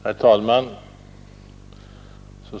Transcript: Herr talman!